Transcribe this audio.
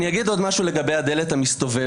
אני אגיד עוד משהו לגבי הדלת המסתובבת.